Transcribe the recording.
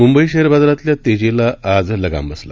Mumbai share बाजारातल्या तेजीला आज लगाम बसला